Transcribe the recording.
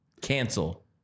Cancel